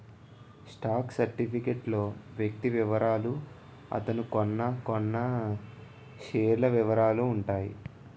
stock certificate లో వ్యక్తి వివరాలు అతను కొన్నకొన్న షేర్ల వివరాలు ఉంటాయి